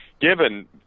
given